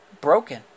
broken